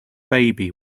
baby